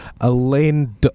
Elaine